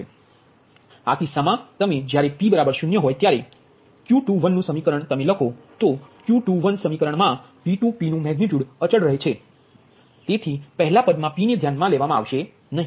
તેથી આ કિસ્સામાં તમે જ્યારે P 0 હોય ત્યારે Q21 નુ સમીકરણ તમે લખો તો Q21સમીકરણ મા V2pનુ મેગનિટ્યુડ અચલ છે તે થી પહેલા પદ મા P ને ધ્યાનમા લેવામા આવશે નહી